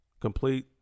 Complete